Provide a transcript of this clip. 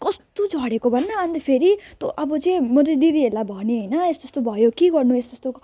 कस्तो झरेको भन् त अन्त फेरि तँ अब चाहिँ म चाहिँ दिदीहरूलाई भने होइन यस्तो यस्तो भयो के गर्नु यस्तो यस्तो